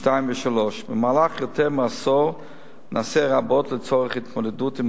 3. במהלך יותר מעשור נעשה רבות לצורך התמודדות עם